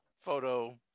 photo